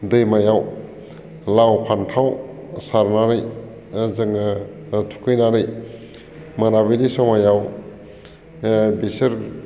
दैमायाव लाव फान्थाव सारनानै जोङो थुखैनानै मोनाबिलि समाव बिसोर